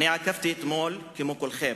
עקבתי אתמול, כמו כולכם,